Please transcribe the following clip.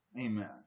Amen